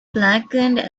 blackened